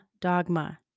dogma